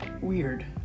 Weird